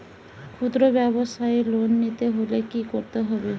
খুদ্রব্যাবসায় লোন নিতে হলে কি করতে হবে?